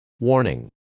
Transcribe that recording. Warning